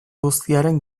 guztiaren